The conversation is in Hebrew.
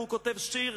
והוא כותב שיר: